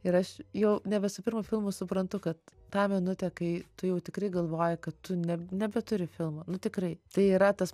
ir aš jau nebe su pirmu filmu suprantu kad tą minutę kai tu jau tikrai galvoji kad tu ne nebeturi filmo nu tikrai tai yra tas